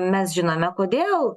mes žinome kodėl